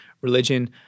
religion